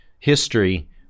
History